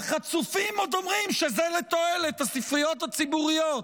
והחצופים עוד אומרים שזה לתועלת הספריות הציבוריות.